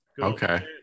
okay